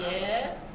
Yes